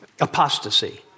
apostasy